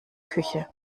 küche